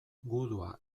gudua